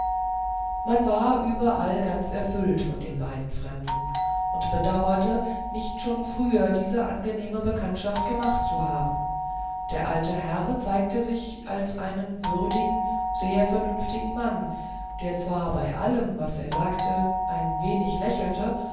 man war überall ganz erfüllt von den beiden fremden und bedauerte nicht schon früher diese angenehme bekanntschaft gemacht zu haben der alte herr zeigte sich als einen würdigen sehr vernünftigen mann der zwar bei allem was er sagte ein wenig lächelte